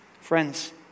friends